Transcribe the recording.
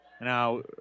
Now